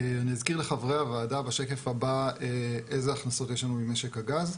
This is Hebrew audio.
אני אזכיר לחברי הוועדה בשקף הבא איזה הכנסות יש לנו ממשק הגז.